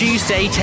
Tuesday